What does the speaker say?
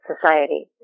society